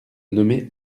nommer